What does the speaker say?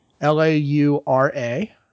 L-A-U-R-A